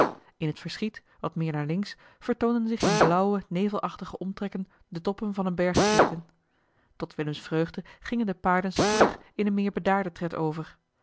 in het verschiet wat meer naar links vertoonden zich in blauwe nevelachtige omtrekken de toppen van eene bergketen tot willems vreugde gingen de paarden spoedig in een meer bedaarden tred over